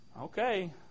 okay